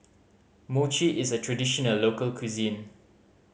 mochi is a traditional local cuisine